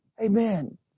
Amen